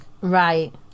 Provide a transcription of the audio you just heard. right